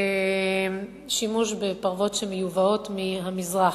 שימוש בפרוות שמיובאות מהמזרח.